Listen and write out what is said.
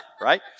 Right